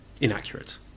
inaccurate